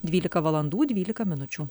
dvylika valandų dvylika minučių